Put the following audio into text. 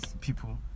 people